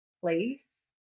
place